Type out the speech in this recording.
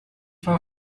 war